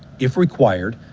if required,